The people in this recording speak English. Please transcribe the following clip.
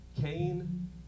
Cain